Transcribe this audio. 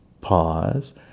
Pause